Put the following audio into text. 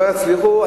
לא יצליחו.